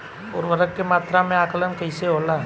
उर्वरक के मात्रा में आकलन कईसे होला?